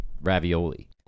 ravioli